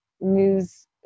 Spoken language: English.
news